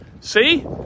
See